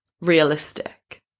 realistic